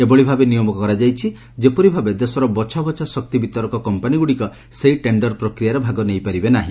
ଏଭଳି ଭାବେ ନିୟମ କରାଯାଇଛି ଯେପରି ଭାବେ ଦେଶର ବଛା ବଛା ଶକ୍ତି ବିତରକ କମ୍ପାନୀଗୁଡ଼ିକ ସେହି ଟେଶ୍ଡର ପ୍ରକ୍ରିୟାରେ ଭାଗ ନେଇପାରିବେନି